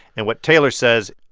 and what taylor says.